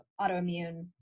autoimmune